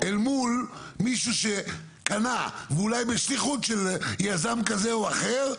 אל מול מישהו שקנה ואולי בשליחות של יזם כזה או אחר,